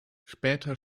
später